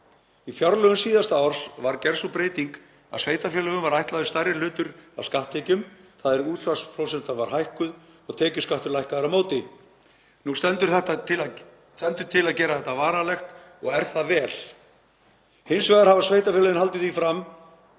Í fjárlögum síðasta árs var gerð sú breyting að sveitarfélögum var ætlaður stærri hluti af skatttekjum, þ.e. útsvarsprósenta var hækkuð og tekjuskattur lækkaður á móti. Nú stendur til að gera þetta varanlegt og er það vel. Hins vegar hafa sveitarfélögin haldið því fram